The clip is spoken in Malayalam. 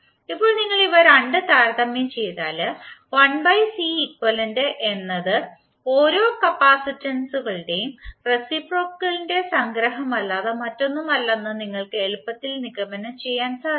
ഇപ്പോൾ നിങ്ങൾ ഇവ രണ്ടും താരതമ്യം ചെയ്താൽ എന്നത് ഓരോ കപ്പാസിറ്റൻസുകളുടെ റേസിപ്രോക്കലിന്റെ സംഗ്രഹമല്ലാതെ മറ്റൊന്നുമല്ലെന്ന് നിങ്ങൾക്ക് എളുപ്പത്തിൽ നിഗമനം ചെയ്യാൻ സാധിക്കും